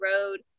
road